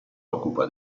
occupa